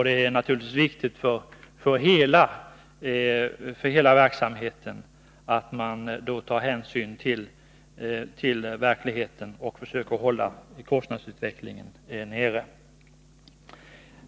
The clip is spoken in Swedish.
Det är viktigt för hela verksamheten att ta hänsyn till den rådande ekonomiska situationen och försöka hålla nere kostnaderna.